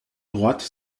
droites